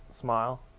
smile